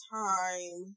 time